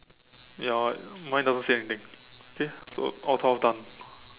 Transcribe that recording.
ya mine doesn't say anything okay so all twelve done